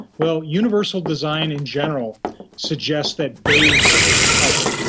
well universal design in general suggest that beige is a colour.